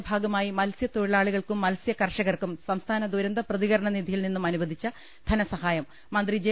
പ്രളയ ദുരിതാശ്ചാസത്തിന്റെ ഭാഗമായി മത്സ്യ തൊഴിലാളികൾക്കും മ ത്സ്യ കർഷകർക്കും സംസ്ഥാന ദുരന്ത പ്രതികരണനിധിയിൽ നിന്നും അ നുവദിച്ച ധനസഹായം മന്ത്രി ജെ